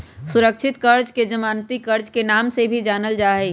सुरक्षित कर्ज के जमानती कर्ज के नाम से भी जानल जाहई